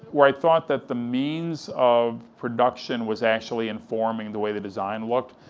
where i thought that the means of production was actually informing the way the design looked.